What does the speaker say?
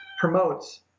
promotes